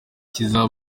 kizaba